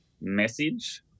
message